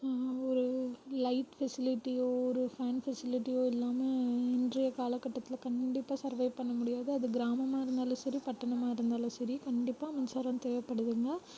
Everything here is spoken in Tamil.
ஒரு லைட் ஃபெசிலிட்டியோ ஒரு ஃபேன் ஃபெசிலிட்டியோ இல்லாமல் இன்றைய காலகட்டத்தில் கண்டிப்பாக சர்வைவ் பண்ண முடியாது அது கிராமமாக இருந்தாலும் சரி பட்டணமாக இருந்தாலும் சரி கண்டிப்பாக மின்சாரம் தேவைப்படுதுங்க